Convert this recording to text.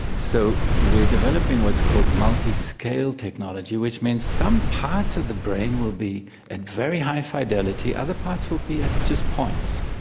so we're developing what's called multiscale technology which means some parts of the brain will be at very high fidelity, other parts will be at just points.